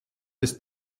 des